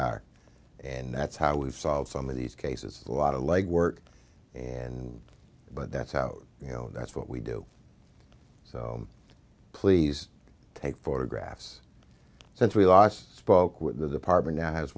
are and that's how we've solved some of these cases a lot of legwork and but that's out you know that's what we do so please take photographs since we last spoke with the partner now has